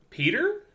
Peter